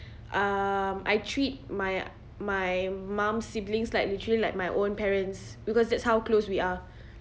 um I treat my my mum's siblings like literally like my own parents because that's how close we are